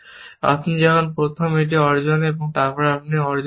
আপনি যখন প্রথম এটি অর্জন তারপর আপনি এটি অর্জন করুন